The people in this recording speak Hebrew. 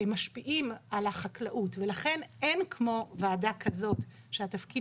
משפיעים על החקלאות ולכן אין כמו ועדה כזאת שהתפקיד